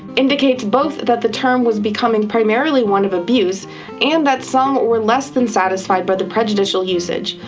indicates both that the term was becoming primarily one of abuse and that some were less than satisfied by the prejudicial usage.